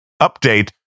update